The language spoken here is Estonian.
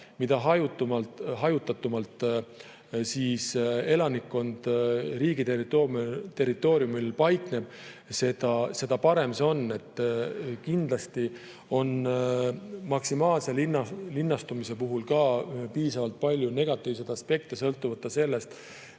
mida hajutatumalt elanikkond riigi territooriumil paikneb, seda parem on. Kindlasti on maksimaalse linnastumise puhul piisavalt palju negatiivseid aspekte, sõltumata sellest,